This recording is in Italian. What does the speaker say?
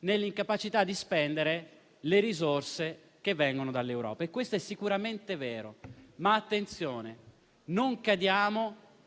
nell'incapacità di spendere le risorse che vengono dall'Europa. Questo è sicuramente vero, ma occorre fare attenzione a non cadere